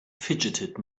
fidgeted